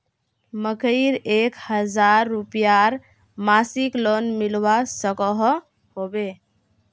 मकईर एक हजार रूपयार मासिक लोन मिलवा सकोहो होबे?